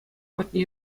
патне